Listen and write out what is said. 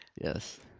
Yes